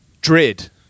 dread